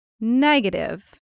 negative